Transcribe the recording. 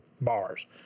bars